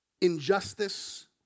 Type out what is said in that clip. injustice